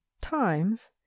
times